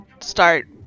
start